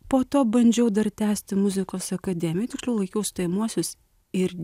po to bandžiau dar tęsti muzikos akademiją tiksliau laikiau stojamuosius ir